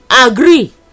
agree